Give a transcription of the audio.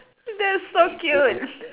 that's so cute